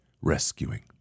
rescuing